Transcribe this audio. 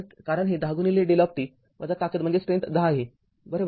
तर कारण हे १०δ ताकद १० आहे बरोबर